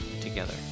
together